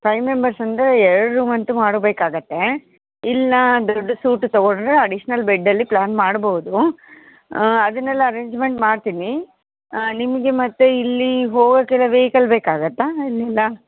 five members ಅಂದರೆ ಎರಡು room ಅಂತೂ ಮಾಡಬೇಕಾಗತ್ತೆ ಇಲ್ಲ ದೊಡ್ಡ ಸೂಟ್ ತಗೊಂಡರೆ ಅಡಿಷ್ನಲ್ ಬೆಡ್ಡಲ್ಲಿ ಪ್ಲ್ಯಾನ್ ಮಾಡ್ಬೋದು ಅದನ್ನೆಲ್ಲ ಅರೇಂಜ್ಮೆಂಟ್ ಮಾಡ್ತೀನಿ ನಿಮಗೆ ಮತ್ತು ಇಲ್ಲಿ ಹೋಗೋಕೆಲ್ಲ ವೆಹಿಕಲ್ ಬೇಕಾಗುತ್ತಾ ಇಲ್ಲ